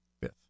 Fifth